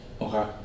Okay